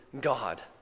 God